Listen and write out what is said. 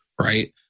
right